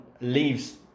leaves